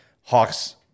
Hawks